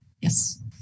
Yes